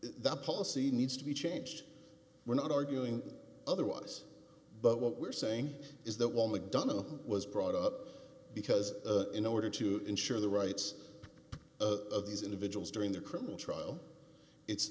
the policy needs to be changed we're not arguing otherwise but what we're saying is that while mcdonough was brought up because in order to ensure the rights of these individuals during their criminal trial it's